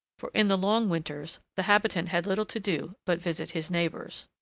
for in the long winters the habitant had little to do but visit his neighbours.